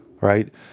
right